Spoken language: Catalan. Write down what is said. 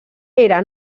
era